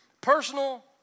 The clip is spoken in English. Personal